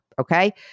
Okay